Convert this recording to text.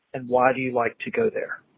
and why do you like to go there?